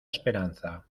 esperanza